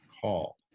call